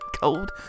Cold